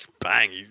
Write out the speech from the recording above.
bang